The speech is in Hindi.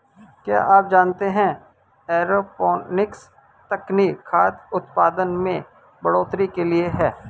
क्या आप जानते है एरोपोनिक्स तकनीक खाद्य उतपादन में बढ़ोतरी के लिए है?